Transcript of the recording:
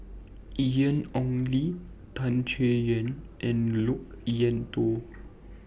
Ian Ong Li Tan Chay Yan and Loke Wan Tho